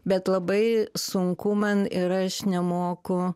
bet labai sunku man ir aš nemoku